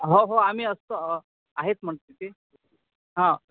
हो हो आम्ही असतो आहेत म्हण ते हां